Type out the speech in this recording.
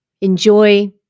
enjoy